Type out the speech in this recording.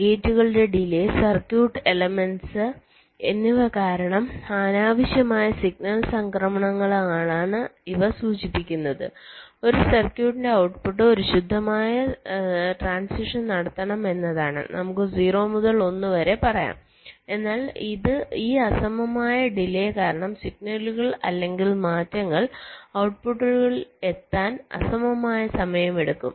ഗേറ്റുകളിലെ delay circuit elements എന്നിവ കാരണം അനാവശ്യമായ സിഗ്നൽ സംക്രമണങ്ങളെയാണ് ഇവ സൂചിപ്പിക്കുന്നത് ഒരു സർക്യൂട്ടിന്റെ ഔട്ട്പുട്ട് ഒരു ശുദ്ധമായ സംക്രമണം നടത്തണം എന്നതാണ് നമുക്ക് 0 മുതൽ 1 വരെ പറയാം എന്നാൽ ഈ അസമമായ ഡിലെ കാരണം സിഗ്നലുകൾ അല്ലെങ്കിൽ മാറ്റങ്ങൾ ഔട്ട്പുട്ടിൽ എത്താൻ അസമമായ സമയമെടുക്കും